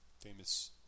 Famous